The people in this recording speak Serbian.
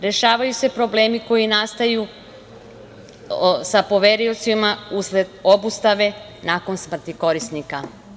Rešavaju se problemi koji nastaju sa poveriocima usled obustave nakon smrti korisnika.